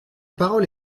parole